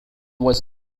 was